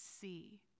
see